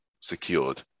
secured